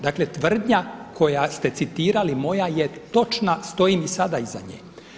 Dakle, tvrdnja koja ste citirali je moja točna, stojim i sada iza nje.